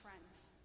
friends